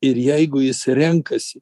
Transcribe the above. ir jeigu jis renkasi